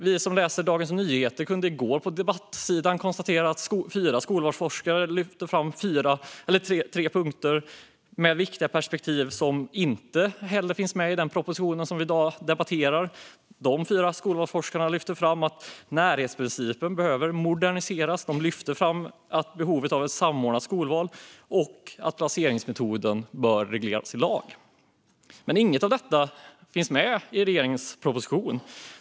Vi som läser Dagens Nyheter kunde i går på debattsidan ta del av en artikel där fyra skolvalsforskare lyfte fram tre viktiga perspektiv som inte finns med i den proposition som vi i dag debatterar. De fyra skolvalsforskarna lyfte fram att närhetsprincipen behöver moderniseras. De lyfte fram behovet av ett samordnat skolval och att placeringsmetoden bör regleras i lag. Men inget av detta finns med i regeringens proposition.